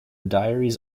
diaries